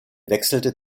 wechselte